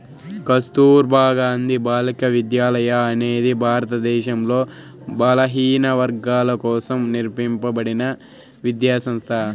కస్తుర్బా గాంధీ బాలికా విద్యాలయ అనేది భారతదేశంలో బలహీనవర్గాల కోసం నిర్మింపబడిన విద్యా సంస్థ